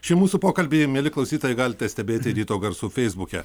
šį mūsų pokalbį mieli klausytojai galite stebėti ryto garsų feisbuke